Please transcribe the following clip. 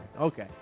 Okay